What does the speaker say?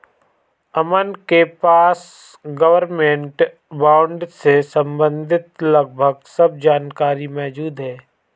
अमन के पास government bond से सम्बंधित लगभग सब जानकारी मौजूद है